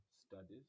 studies